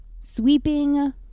sweeping